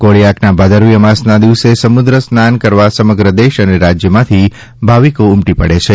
કોળીયાકના ભાદરવી અમાસના દિવસે સમુદ્ર સ્નાન કરવા સમગ્ર દેશ અને રાજ્યમાંથી ભાવિકો ઉમટી પડે છે